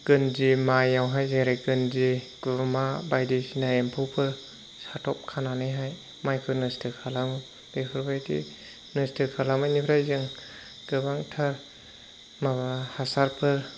गोन्जि माइआवहाय जेरै गोन्जि गुमा बायदिसिना एम्फौफोर साथब खानानैहाय माइखौ नस्त' खालामो बेफोरबायदि नस्त' खालामनायनिफ्राय जों गोबांथार माबा हासारफोर